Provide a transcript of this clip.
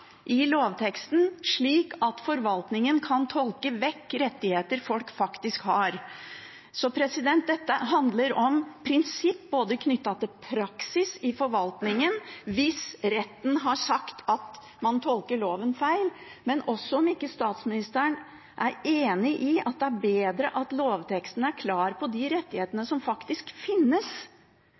i lovteksten, slik at forvaltningen kan tolke vekk rettigheter folk faktisk har. Dette handler om prinsipp knyttet til praksis i forvaltningen hvis retten har sagt at man tolker loven feil. Er ikke statsministeren enig i at det er bedre at lovteksten er klar på de rettighetene som faktisk finnes,